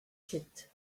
ket